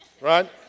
right